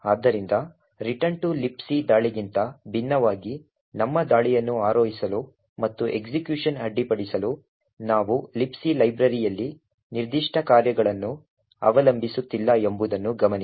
ಆದ್ದರಿಂದ return to libc ದಾಳಿಗಿಂತ ಭಿನ್ನವಾಗಿ ನಮ್ಮ ದಾಳಿಯನ್ನು ಆರೋಹಿಸಲು ಮತ್ತು ಎಸ್ಎಕ್ಯುಷನ್ ಅಡ್ಡಿಪಡಿಸಲು ನಾವು Libc ಲೈಬ್ರರಿಯಲ್ಲಿ ನಿರ್ದಿಷ್ಟ ಕಾರ್ಯಗಳನ್ನು ಅವಲಂಬಿಸುತ್ತಿಲ್ಲ ಎಂಬುದನ್ನು ಗಮನಿಸಿ